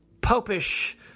popish